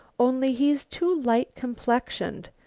only he's too light-complexioned.